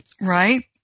Right